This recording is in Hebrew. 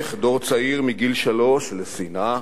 מתחנך דור צעיר, מגיל שלוש, לשנאה,